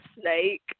snake